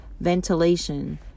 Ventilation